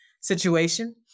situation